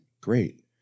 great